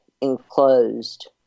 Enclosed